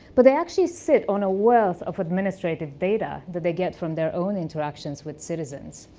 but they actually set on a wealth of administrative data that they get from their own interactions with citizens.